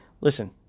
Listen